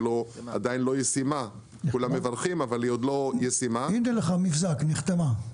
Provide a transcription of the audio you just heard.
ועדיין לא ישימה --- אני אתן לך מבזק: היא נחתמה.